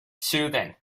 soothing